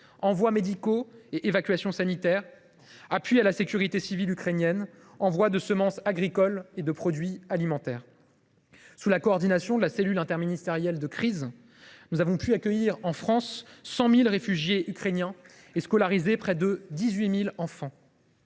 envois médicaux et évacuations sanitaires, appui à la sécurité civile ukrainienne, envois de semences agricoles et de produits alimentaires. Sous la coordination de la cellule interministérielle de crise, nous avons pu accueillir 100 000 réfugiés ukrainiens et scolariser en France près de 18 000 enfants.